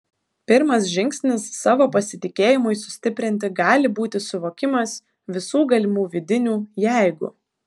pirmas žingsnis savo pasitikėjimui sustiprinti gali būti suvokimas visų galimų vidinių jeigu